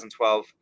2012